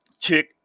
chick